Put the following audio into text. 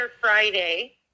Friday